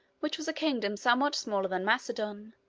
which was a kingdom somewhat smaller than macedon,